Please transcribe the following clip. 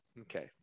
okay